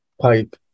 pipe